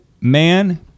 man